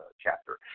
chapter